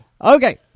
Okay